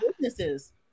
businesses